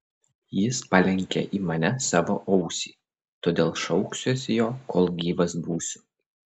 jis palenkė į mane savo ausį todėl šauksiuosi jo kol gyvas būsiu